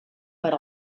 per